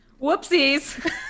Whoopsies